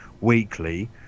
weekly